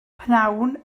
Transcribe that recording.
pnawn